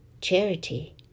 Charity